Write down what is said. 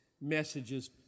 messages